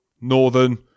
Northern